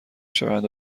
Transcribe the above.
شوند